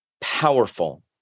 powerful